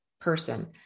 person